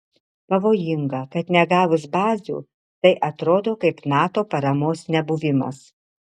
pavojinga kad negavus bazių tai atrodo kaip nato paramos nebuvimas